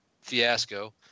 fiasco